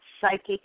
Psychic